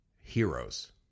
heroes